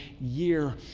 year